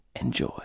Enjoy